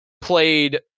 played